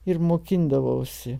ir mokindavausi